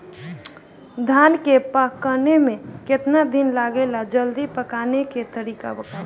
धान के पकने में केतना दिन लागेला जल्दी पकाने के तरीका बा?